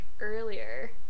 earlier